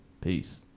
peace